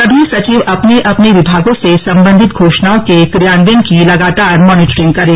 सभी सचिव अपने अपने विभागों से संबंधित घोषणाओं के क्रियान्वयन की लगातार मॉनिटरिंग करें